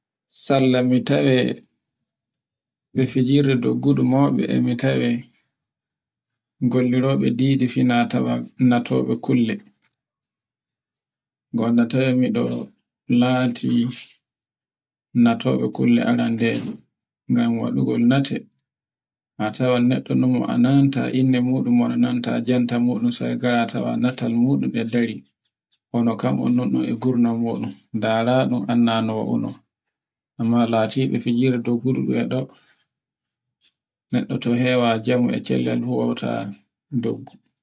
sarla mi tawe fijirde doggudu maube e mi tawe gollorobe didi finawa, natobe kulle. Gono toy mi ɗo nati latorngol arendere ngam waɗugol nate, a tawai naɗɗomo a nannta inne moɗum mo nanta jante mo ɗun sai ngara tawan natal e dari. Kono kan ɗeme e gurna muɗum, ndaraɗun annada. amma latiɗe fijirle doggudu e ɗo neɗɗo to hewa jamu e chellal fu hewtayi doggu.